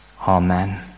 Amen